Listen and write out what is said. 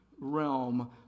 realm